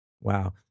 Wow